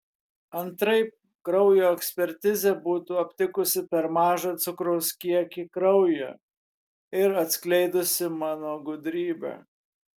antraip kraujo ekspertizė būtų aptikusi per mažą cukraus kiekį kraujyje ir atskleidusi mano gudrybę